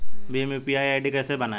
Bhim UPI ID कैसे बनाएं?